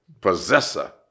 possessor